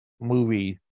movie